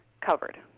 covered